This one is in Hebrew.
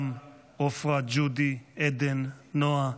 עפרה, ג'ודי, עדן, נועה,